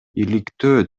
иликтөө